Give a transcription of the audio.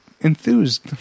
enthused